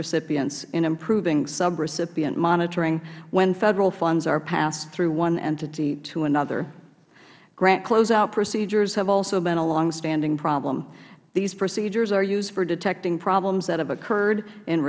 recipients in improving sub recipient monitoring when federal funds are passed through one entity to another grant closeout procedures have also been a longstanding problem these procedures are used for detecting problems that have occurred in